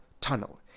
tunnel